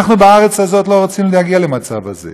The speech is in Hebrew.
אנחנו בארץ הזאת לא רוצים להגיע למצב הזה.